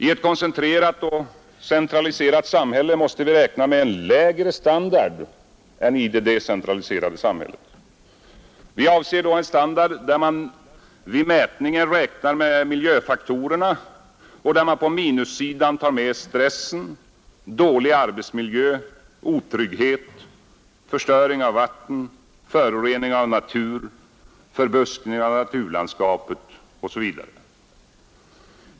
I ett koncentrerat och centraliserat samhälle måste vi räkna med en lägre standard än i det decentraliserade samhället. Vi avser då en standard där man vid mätningen räknar med miljöfaktorerna och där man på minussidan tar med stressen, dålig arbetsmiljö, otrygghet, förstöring av vatten, förorening av natur, förbuskning av naturlandskapet osv.